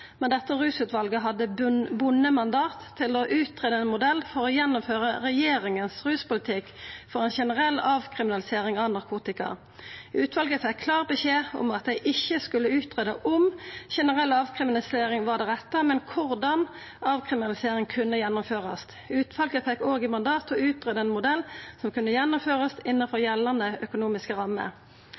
men det rusutvalet hadde eit bunde mandat til å greia ut ein modell for å gjennomføra regjeringa sin ruspolitikk for ei generell avkriminalisering av narkotika. Utvalet fekk klar beskjed om at dei ikkje skulle greia ut om generell avkriminalisering var det rette, men korleis avkriminalisering kunne gjennomførast. Utvalet fekk òg i mandat å greia ut ein modell som kunne gjennomførast innanfor gjeldande økonomiske rammer.